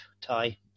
tie